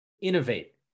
innovate